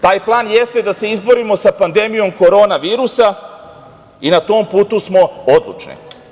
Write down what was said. Taj plan jeste da se izborimo sa pandemijom korona virusa i na tom putu smo odlučni.